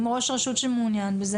ראש רשות שמעוניין בזה,